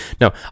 No